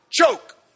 choke